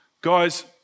guys